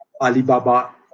Alibaba